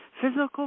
physical